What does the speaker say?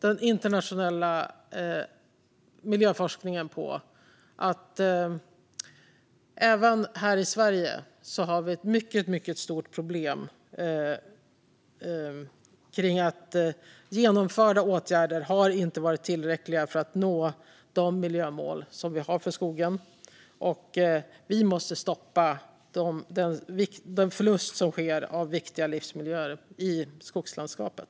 Den internationella miljöforskningen visar också att vi även här i Sverige har ett mycket stort problem. Genomförda åtgärder har inte varit tillräckliga för att nå de miljömål som vi har för skogen. Vi måste stoppa den förlust som sker av viktiga livsmiljöer i skogslandskapet.